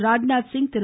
Rajnath Singh Thiru